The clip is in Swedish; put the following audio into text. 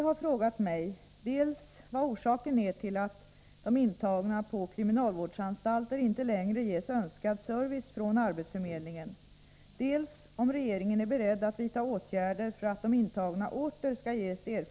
Herr talman! Jag tackar arbetsmarknadsministern för svaret på min fråga.